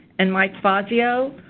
and mike fazio,